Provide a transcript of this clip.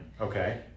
Okay